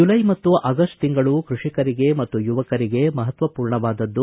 July ಮತ್ತು August ತಿಂಗಳು ಕೃಷಿಕರಿಗೆ ಮತ್ತು ಯುವಕರಿಗೆ ಮಹತ್ವ ಪೂರ್ಣವಾದದ್ದು